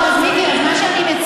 לא, אז מיקי, אז מה שאני מציעה,